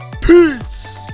Peace